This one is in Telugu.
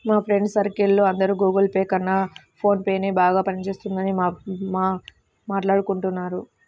మా ఫ్రెండ్స్ సర్కిల్ లో అందరూ గుగుల్ పే కన్నా ఫోన్ పేనే బాగా పని చేస్తున్నదని మాట్టాడుకుంటున్నారు